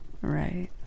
Right